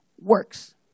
works